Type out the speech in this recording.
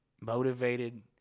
motivated